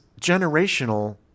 generational